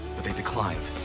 but they declined.